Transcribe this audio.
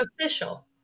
official